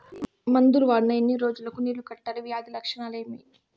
మందులు వాడిన ఎన్ని రోజులు కు నీళ్ళు కట్టాలి, వ్యాధి లక్షణాలు ఏమి?